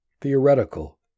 theoretical